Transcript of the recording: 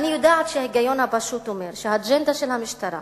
ואני יודעת שההיגיון הפשוט אומר שהאג'נדה של המשטרה